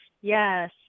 Yes